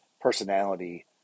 personality